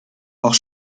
auch